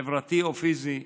חברתי או פיזי,